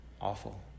awful